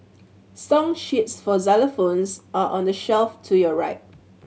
song sheets for xylophones are on the shelf to your right